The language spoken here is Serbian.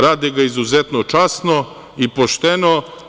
Rade ga izuzetno časno i pošteno.